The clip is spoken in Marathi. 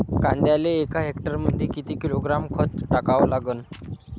कांद्याले एका हेक्टरमंदी किती किलोग्रॅम खत टाकावं लागन?